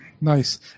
Nice